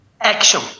action